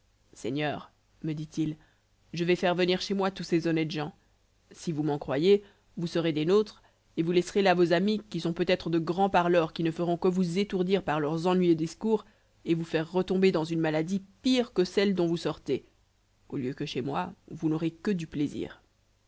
seigneur me dit-il je vais faire venir chez moi tous ces honnêtes gens si vous m'en croyez vous serez des nôtres et vous laisserez là vos amis qui sont peut-être de grands parleurs qui ne feront que vous étourdir par leurs ennuyeux discours et vous faire retomber dans une maladie pire que celle dont vous sortez au lieu que chez moi vous n'aurez que du plaisir